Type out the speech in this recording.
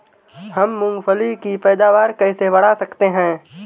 हम मूंगफली की पैदावार कैसे बढ़ा सकते हैं?